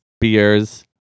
beers